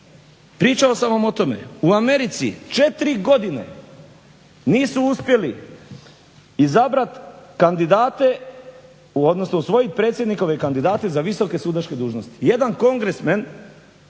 pričao sam vam o tome. U Americi 4 godine nisu uspjeli izabrati kandidate odnosno usvojiti predsjednikove kandidate za visoke sudačke dužnosti. Jedan kongresmen